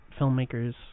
filmmakers